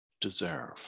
deserve